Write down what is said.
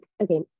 okay